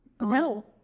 No